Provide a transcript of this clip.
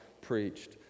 preached